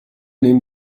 nehmen